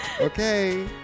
Okay